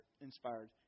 inspired